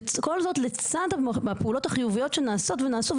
כל זאת לצד הפעילות החיוביות שנעשות ונעשו,